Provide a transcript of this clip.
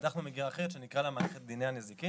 פתחנו מגירה אחרת שנקרא לה מערכת דיני הנזיקין,